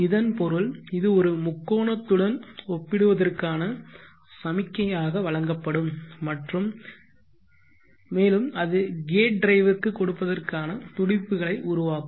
இதன் பொருள் இது ஒரு முக்கோணத்துடன் ஒப்பிடுவதற்கான சமிக்ஞையாக வழங்கப்படும் மற்றும் மேலும் அது கேட் டிரைவிற்குக் கொடுப்பதற்கான துடிப்புகளை உருவாக்கும்